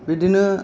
बिदिनो